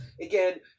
Again